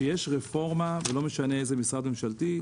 שיש רפורמה ולא משנה איזה משרד ממשלתי,